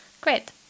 great